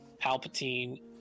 Palpatine